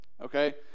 okay